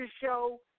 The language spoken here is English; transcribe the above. show